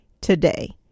today